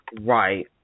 Right